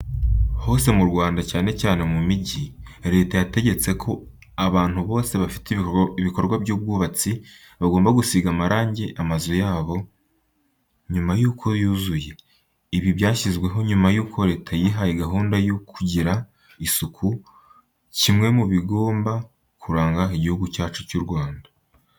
Hose mu Rwanda cyane cyane mu mijyi, Leta yategetse ko abantu bose bafite ibikorwa by'ubwubatsi bagomba gusiga amarange amazu yabo, nyuma y'uko yuzuye. Ibi byashyizweho nyuma yuko Leta yihaye gahunda yo kugira isuku, kimwe mu bigomba kuranga igihugu cyacu cy'u Rwanda.